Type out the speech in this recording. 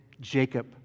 Jacob